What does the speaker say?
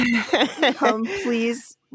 Please